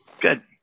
Good